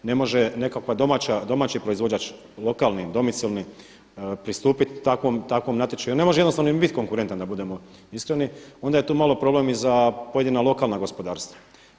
Ne može nekakav domaći proizvođač lokalni, domicilni pristupiti takvom natječaju, ne može jednostavno ni biti konkurentan da budemo iskreni, onda je to malo problem i za pojedina lokalna gospodarstva.